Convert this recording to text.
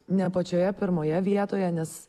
ne pačioje pirmoje vietoje nes